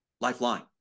Lifeline